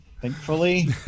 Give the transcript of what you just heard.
thankfully